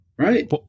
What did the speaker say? Right